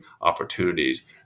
opportunities